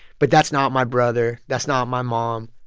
but that's not my brother. that's not my mom,